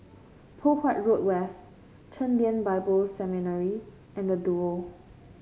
Poh Huat Road West Chen Lien Bible Seminary and Duo